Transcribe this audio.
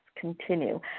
continue